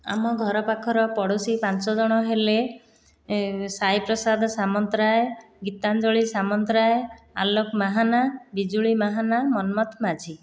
ଆମ ଘର ପାଖର ପଡ଼ୋଶୀ ପାଞ୍ଚ ଜଣ ହେଲେ ସାଇପ୍ରସାଦ ସାମନ୍ତରାୟ ଗୀତାଞ୍ଜଳି ସାମନ୍ତରାୟ ଆଲୋକ ମାହାନା ବିଜୁଳି ମାହାନା ମନ୍ମଥ ମାଝି